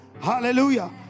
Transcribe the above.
Hallelujah